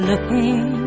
Looking